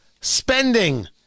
spending